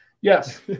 Yes